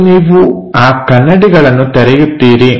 ಮತ್ತು ನೀವು ಆ ಕನ್ನಡಿಗಳನ್ನು ತೆರೆಯುತ್ತೀರಿ